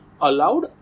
allowed